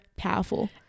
powerful